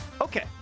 Okay